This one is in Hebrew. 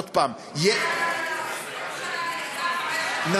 עוד פעם, 20 שנה ליזם, חמש שנים לשוכר.